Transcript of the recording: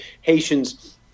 Haitians